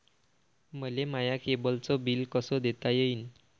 मले माया केबलचं बिल कस देता येईन?